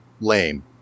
lame